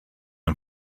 him